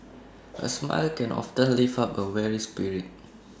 A smile can often lift up A weary spirit